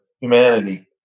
humanity